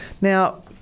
Now